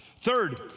Third